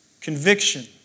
conviction